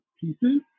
pieces